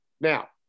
Now